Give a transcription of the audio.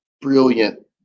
Brilliant